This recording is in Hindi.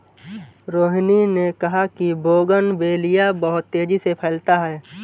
रोहिनी ने कहा कि बोगनवेलिया बहुत तेजी से फैलता है